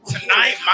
tonight